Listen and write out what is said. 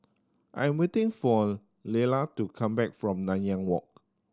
I'm waiting for Leala to come back from Nanyang Walk